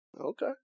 Okay